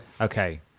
okay